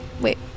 wait